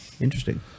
Interesting